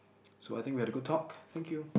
so I think we had a good talk thank you